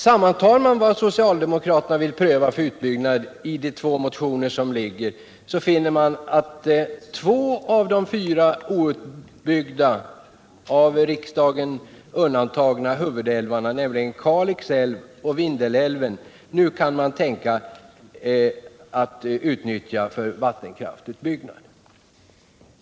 Sammantar man vad socialdemokraterna i de två motionerna säger sig vilja pröva för utbyggnad, finner man att två av de fyra outbyggda och av riksdagen undantagna huvudälvarna, nämligen Kalix älv och Vindelälven, nu kan tänkas bli utnyttjade för vattenkraftsutbyggnad.